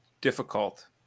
difficult